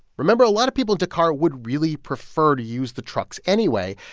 remember, a lot of people in dakar would really prefer to use the trucks anyway,